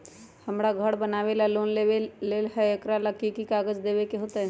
हमरा घर बनाबे ला लोन लेबे के है, ओकरा ला कि कि काग़ज देबे के होयत?